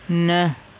न